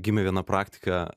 gimė viena praktika